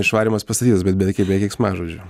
išvarymas pastatytas bet beke be keiksmažodžių